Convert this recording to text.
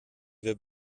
wir